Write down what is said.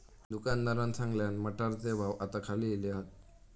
दुकानदारान सांगल्यान, मटारचे भाव आता खाली इले हात